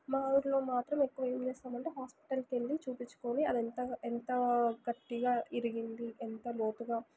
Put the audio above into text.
మా ఊర్లో మాత్రం ఎక్కువ ఏం చేస్తామంటే హాస్పిటల్ళ్ళి చూపించుకోని అదంతా ఎంత గట్టిగా ఇరిగింది ఎంత లోతుగా